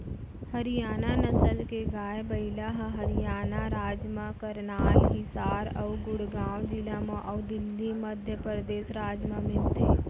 हरियाना नसल के गाय, बइला ह हरियाना राज म करनाल, हिसार अउ गुड़गॉँव जिला म अउ दिल्ली, मध्य परदेस राज म मिलथे